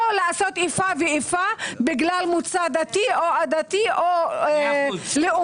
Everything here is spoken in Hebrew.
לא לעשות איפה ואיפה בגלל מוצא דתי או עדתי או לאומי.